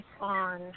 on